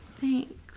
Thanks